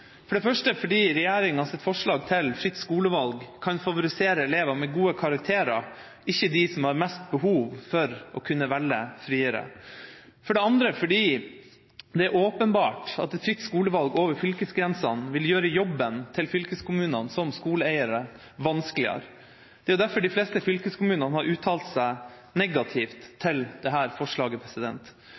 For det første fordi regjeringas forslag til fritt skolevalg kan favorisere elever med gode karakterer, ikke dem som har mest behov for å kunne velge friere. For det andre fordi det er åpenbart at fritt skolevalg over fylkesgrensene vil gjøre jobben til fylkeskommunene som skoleeiere vanskeligere. Det er derfor de fleste fylkeskommunene har uttalt seg negativt til dette forslaget.